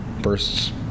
bursts